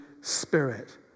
Spirit